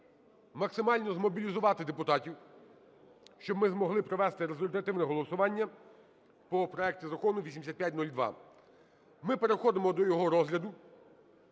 максимально змобілізувати депутатів, щоб ми змогли провести результативне голосування по проекту закону 8502, ми переходимо до його розгляду.